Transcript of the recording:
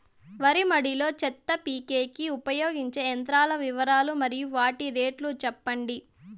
వరి మడి లో చెత్త పీకేకి ఉపయోగించే యంత్రాల వివరాలు మరియు వాటి రేట్లు చెప్పండి?